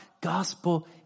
gospel